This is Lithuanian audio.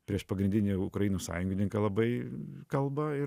prieš pagrindinį ukrainos sąjungininką labai kalba ir